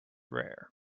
rare